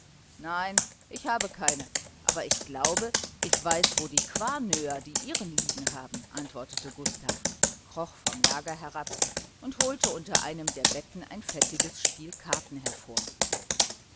nein ich habe keine aber ich glaube ich weiß wo die quarnöer die ihren liegen haben antwortete gustav kroch vom lager herab und holte unter einem der betten ein fettiges spiel karten hervor